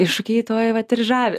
iššūkiai tuo vat ir žavi